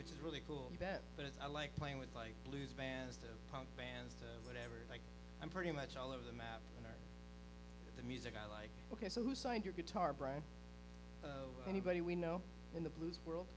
which is really cool bet but i like playing with like blues bands to punk bands to whatever like i'm pretty much all over the map or the music i like ok so who signed your guitar brian anybody we know in the blues world